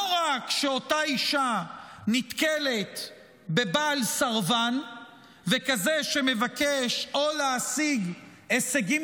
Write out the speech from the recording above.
לא רק שאותה אישה נתקלת בבעל סרבן וכזה שמבקש או להשיג הישגים